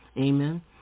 Amen